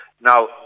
Now